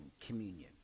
communion